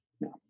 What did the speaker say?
No